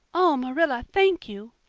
oh, marilla, thank you.